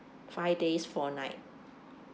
five days four night